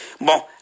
bon